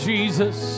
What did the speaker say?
Jesus